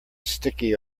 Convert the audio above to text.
sticky